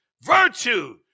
virtue